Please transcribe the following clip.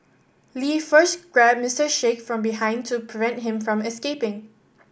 lee first grabbed Mister Sheikh from behind to prevent him from escaping